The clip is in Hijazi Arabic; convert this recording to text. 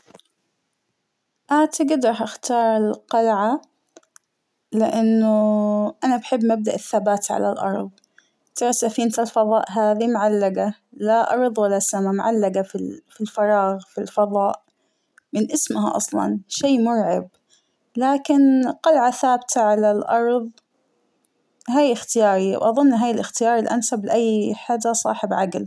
أعتقد راح أختار القلعة لأنه أنا بحب مبدأ الثبات على الأرض، ترى سفينة الفضاء هذى معلقة لا أرض ولا سما معلقة فى الفراغ فى الفضاء ، من اسمها أصلا شى مرعب ، لكن قلعة ثابتة على الأرض ، هاى أختيارى وأظن هاى الأختيار الأنسب لأى حدا صاحب عقل.